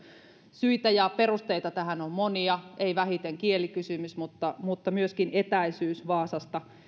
syitä ja perusteita tähän on monia ei vähiten kielikysymys mutta mutta myöskin etäisyys vaasasta